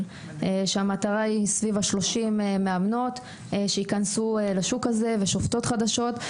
כשהמטרה היא סביב ה-30 מאמנות שייכנסו לשוק הזה ושופטות חדשות.